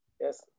Yes